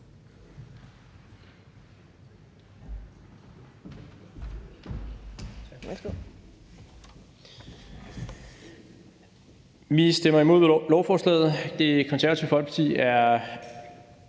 Vi stemmer imod lovforslaget. Det Konservative Folkeparti er